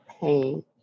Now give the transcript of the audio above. pain